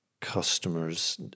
customers